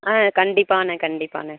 ஆ கண்டிப்பாகண்ண கண்டிப்பாகண்ண